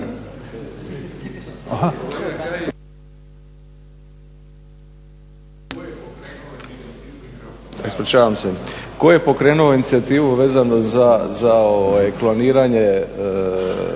Ispričavam se. Tko je pokrenuo inicijativu vezano za kloniranje